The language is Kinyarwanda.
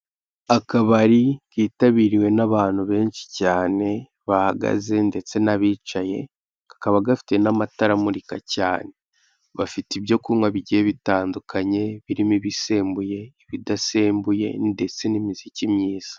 Akabari kitabiriwe n'abantu benshi cyane, bahagaze ndetse n'abicaye kakaba gafite n'amatara amurika cyane. Bafite ibyo kunywa bigiye bitandukanye, birimo ibisembuye, ibidasembuye, ndetse n'imiziki myiza.